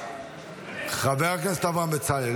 חבר הכנסת אברהם בצלאל,